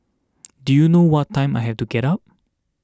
do you know what time I had to get up